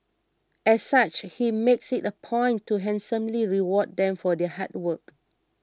as such he makes it a point to handsomely reward them for their hard work